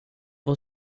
vår